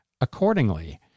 accordingly